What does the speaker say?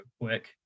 quick